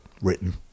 written